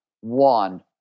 one